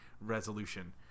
resolution